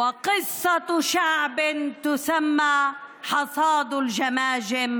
ושחיטת האנשים כשחיטת בהמות,